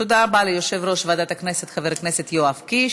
תודה רבה ליושב-ראש ועדת הכנסת חבר הכנסת יואב קיש.